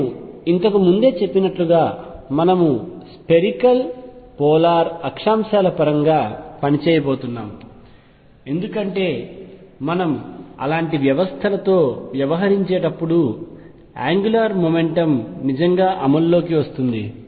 నేను ఇంతకు ముందే చెప్పినట్లుగా మనము స్పెరికల్ పొలార్ అక్షాంశాల పరంగా పని చేయబోతున్నాం ఎందుకంటే మనం అలాంటి వ్యవస్థలతో వ్యవహరించేటప్పుడు యాంగ్యులార్ మెకానిక్స్ నిజంగా అమలులోకి వస్తుంది